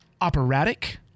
operatic